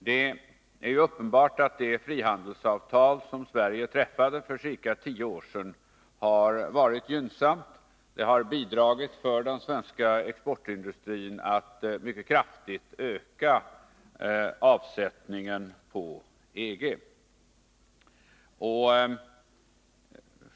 Det är uppenbart att det frihandelsavtal som Sverige träffade för ca tio år sedan har varit gynnsamt. Det har bidragit till den svenska exportindustrins möjligheter att mycket kraftigt öka omsättningen inom EG.